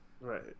Right